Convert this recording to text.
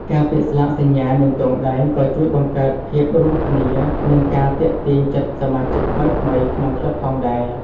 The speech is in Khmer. ការពាក់ស្លាកសញ្ញា និងទង់ដែង ក៏ជួយបង្កើតភាពរួមគ្នា និងការទាក់ទាញចិត្តសមាជិកថ្មីៗក្នុងក្លឹបផងដែរ។